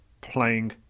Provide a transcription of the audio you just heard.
playing